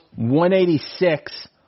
186